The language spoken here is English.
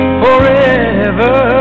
forever